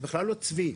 זה בכלל לא צבי.